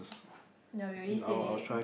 ya you already said it